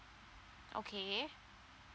okay